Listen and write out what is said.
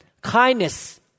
Kindness